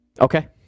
Okay